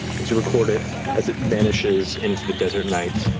as you record it, as it vanishes into the desert night.